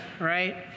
right